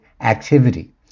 activity